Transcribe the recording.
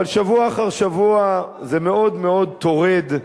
אבל שבוע אחר שבוע זה מאוד מאוד טורד,